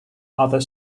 other